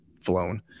flown